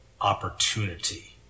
opportunity